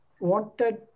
wanted